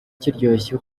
kiryoshye